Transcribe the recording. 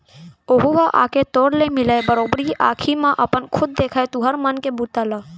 ओहूँ ह आके तोर ले मिलय, बरोबर आंखी म अपन खुद देखय तुँहर मन के बूता ल